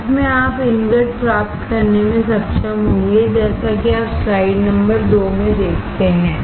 अंत में आप इनगट प्राप्त करने में सक्षम होंगे जैसा कि आप स्लाइड नंबर 2 में देखते हैं